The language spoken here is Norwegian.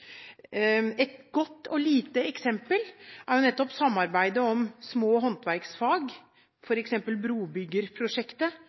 Et godt og lite eksempel er nettopp samarbeidet om små håndverksfag,